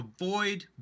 avoid